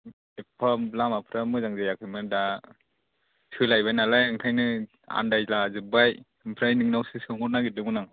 एफा लामाफ्रा मोजां जायाखैमोन दा सोलायबाय नालाय ओंखायनो आन्दायला जोब्बाय ओमफ्राय नोंनावसो सोंहरनो नागिरदोंमोन आं